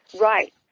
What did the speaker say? right